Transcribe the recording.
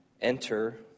enter